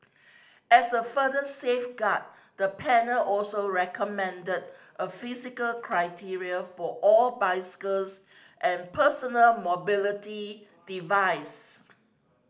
as a further safeguard the panel also recommended a physical criteria for all bicycles and personal mobility device